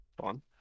Fun